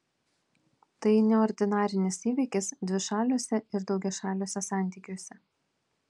tai neordinarinis įvykis dvišaliuose ir daugiašaliuose santykiuose